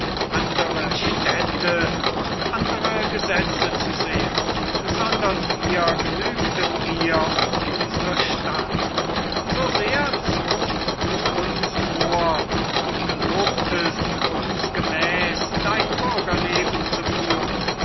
andere städte und andere gesetze zu sehen sondern wir genügten dir und unsere stadt so sehr zogst du uns vor und gelobtest uns gemäß dein bürgerleben zu führen